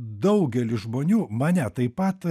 daugelį žmonių mane taip pat